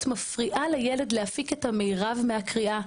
מפריעה לילד להפיק את המירב מהקריאה.